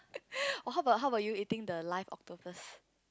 oh how bout how bout you eating the live octopus